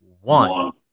one